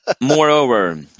Moreover